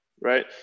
right